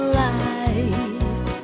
light